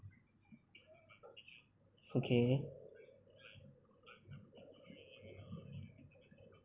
okay